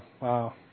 Wow